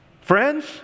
Friends